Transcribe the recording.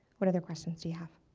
what other questions do you have?